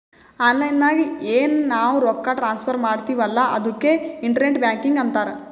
online ನಾಗ್ ಎನ್ ನಾವ್ ರೊಕ್ಕಾ ಟ್ರಾನ್ಸಫರ್ ಮಾಡ್ತಿವಿ ಅಲ್ಲಾ ಅದುಕ್ಕೆ ಇಂಟರ್ನೆಟ್ ಬ್ಯಾಂಕಿಂಗ್ ಅಂತಾರ್